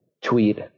tweet